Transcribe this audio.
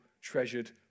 treasured